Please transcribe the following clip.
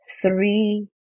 three